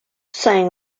sang